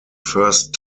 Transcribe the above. first